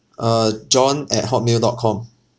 uh john at hotmail dot com